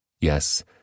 Yes